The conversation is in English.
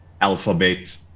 Alphabet